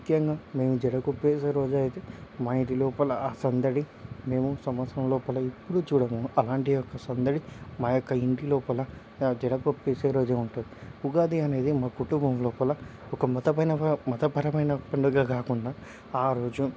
ముఖ్యంగా మేము జడకుప్పేసే రోజు అయితే మా ఇంటి లోపల ఆ సందడి మేము సంవత్సరం లోపల ఎప్పుడూ చూడలేము అలాంటి యొక్క సందడి మా యొక్క ఇంటి లోపల ఆ జడకుప్పేసే రోజు ఉంటుంది ఉగాది అనేది మా కుటుంబం లోపల ఒక మతమైన మతపరమైన పండుగగా కాకుండా ఆ రోజు